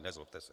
Nezlobte se.